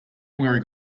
wearing